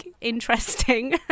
interesting